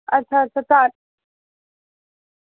अच्छा अच्छा तां